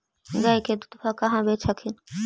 गया के दूधबा कहाँ बेच हखिन?